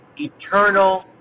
eternal